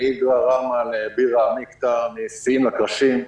מאיגרא רמא לבירא עמיקתא, משיאים לקרשים.